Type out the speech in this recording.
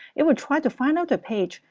it will try to find out the page.